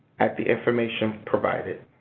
at the information provided.